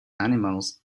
animals